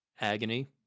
agony